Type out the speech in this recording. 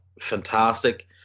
fantastic